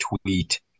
tweet